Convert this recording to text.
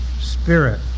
spirit